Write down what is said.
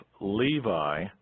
Levi